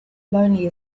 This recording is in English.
lonely